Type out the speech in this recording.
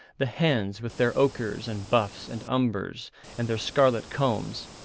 the hens, with their ochres and buffs and umbers and their scarlet combs,